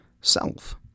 self